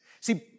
See